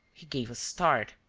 he gave a start.